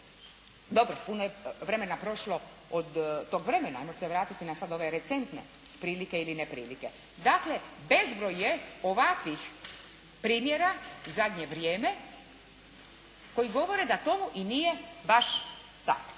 Dobro, puno je vremena prošlo do tog vremena, hajmo se vratiti na sad ove recentne prilike ili neprilike. Dakle, bezbroj je ovakvih primjera u zadnje vrijeme koji govore da tomu i nije baš …